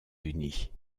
unis